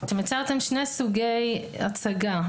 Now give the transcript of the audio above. ייצרתם שני סוגי הצגה,